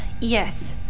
Yes